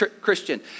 Christian